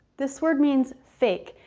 this word means fake.